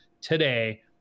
today